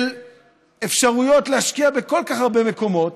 של אפשרויות להשקיע בכל כך הרבה מקומות,